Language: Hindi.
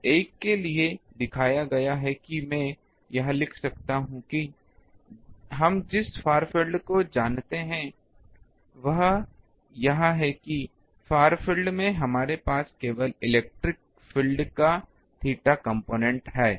तो एक के लिए दिखाया गया है कि मैं ये लिख सकता हूं कि हम जिस फार फील्ड को जानते हैं वह यह है कि फार फील्ड में हमारे पास केवल इलेक्ट्रिक फील्ड का थीटा कॉम्पोनेन्ट है